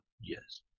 Yes